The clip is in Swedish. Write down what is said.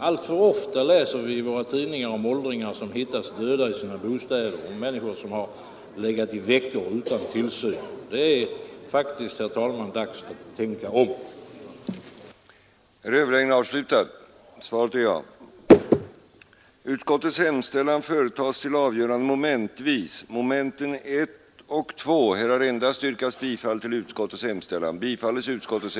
Alltför ofta läser vi i våra tidningar om åldringar som hittats döda i sina bostäder och om människor som har legat i veckor utan tillsyn. Det är faktiskt, herr talman, dags att tänka om! 2. godkänna de av departementschefen förordade riktlinjerna för nedskrivning av statens järnvägars statskapital,